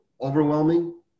overwhelming